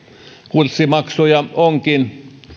kurssimaksuja onkin